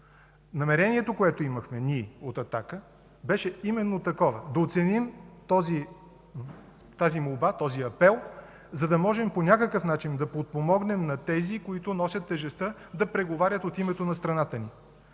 Намерението, което имахме ние, от „Атака”, беше именно да оценим тази молба, този апел, за да можем по някакъв начин да подпомогнем тези, които носят тежестта да преговарят от името на страната ни.